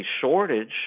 shortage